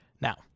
Now